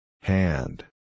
Hand